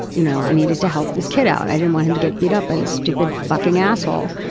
you know, i needed to help this kid out. i didn't want him to get beat up by this stupid fucking asshole.